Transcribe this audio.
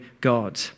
God